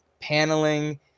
paneling